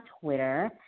Twitter